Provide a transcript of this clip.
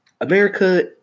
America